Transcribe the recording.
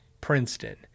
princeton